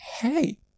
Hey